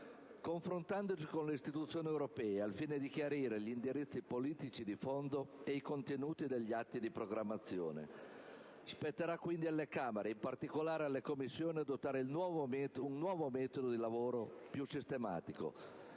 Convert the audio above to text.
confrontandosi con le istituzioni europee, al fine di chiarire gli indirizzi politici di fondo e i contenuti degli atti di programmazione. Spetterà quindi alle Camere, e in particolare alle Commissioni, adottare un nuovo metodo di lavoro più sistematico,